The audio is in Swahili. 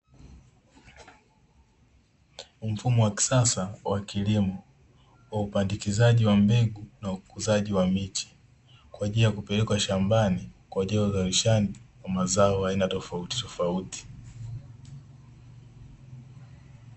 Mfumo wa kisasa wa kilimo wa upandikizaji wa mbegu na ukuzaji wa miche, kwa ajili ya kupelekwa shambani kwa ajili ya uzalishaji wa mazao ya aina tofauti tofauti.